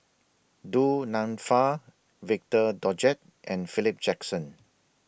Du Nanfa Victor Doggett and Philip Jackson